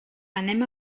anem